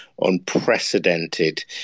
unprecedented